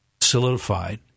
solidified